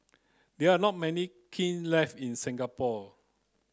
there are not many kiln left in Singapore